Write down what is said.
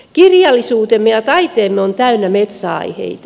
kirjallisuutemme ja taiteemme on täynnä metsäaiheita